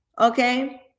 Okay